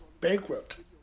bankrupt